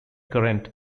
current